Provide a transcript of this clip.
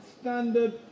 standard